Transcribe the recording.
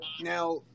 Now